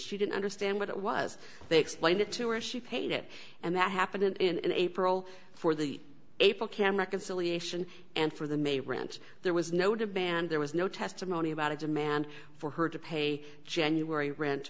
she didn't understand what it was they explained it to or she paid it and that happened in april for the april cam reconciliation and for the may rents there was no demand there was no testimony about a demand for her to pay january rent